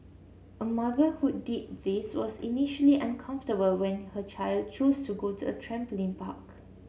a mother who did this was initially uncomfortable when her child chose to go to a trampoline park